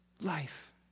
life